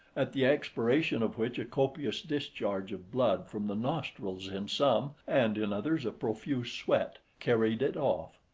at the expiration of which a copious discharge of blood from the nostrils in some, and in others a profuse sweat, carried it off.